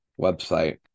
website